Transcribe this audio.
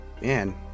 Man